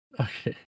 Okay